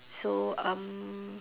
so um